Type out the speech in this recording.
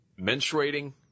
menstruating